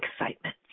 excitement